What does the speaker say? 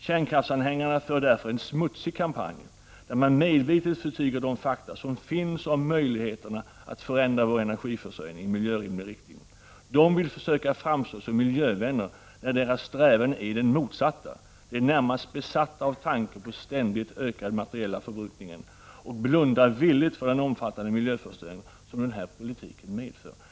Kärnkraftsanhängarna för därför en smutsig kampanj, där man medvetet förtiger de fakta som finns om möjligheterna att förändra vår energiförsörjning i miljövänlig riktning. De vill försöka framstå som miljövänner, när deras strävan är den motsatta. De är närmast besatta av tanken på ständigt ökad materiell förbrukning och blundar villigt för den omfattande miljöförstöring som den här politiken medför.